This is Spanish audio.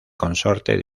consorte